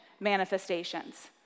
manifestations